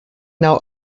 now